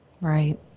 Right